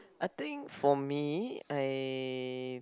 I think for me I